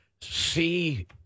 see